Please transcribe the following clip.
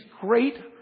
great